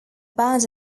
band